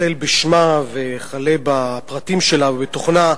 החל בשמה וכלה בפרטים שלה ובתוכנה,